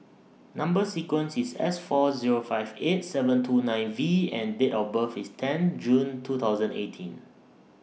Number sequence IS S four Zero five eight seven two nine V and Date of birth IS ten June two thousand eighteen